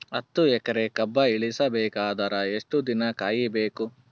ಹತ್ತು ಎಕರೆ ಕಬ್ಬ ಇಳಿಸ ಬೇಕಾದರ ಎಷ್ಟು ದಿನ ಕಾಯಿ ಬೇಕು?